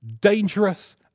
dangerous